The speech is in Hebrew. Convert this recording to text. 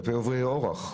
כלפי עוברי אורח.